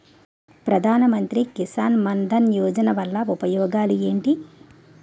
ప్రధాన మంత్రి కిసాన్ మన్ ధన్ యోజన వల్ల ఉపయోగాలు ఏంటి?